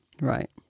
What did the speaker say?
right